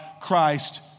Christ